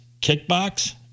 kickbox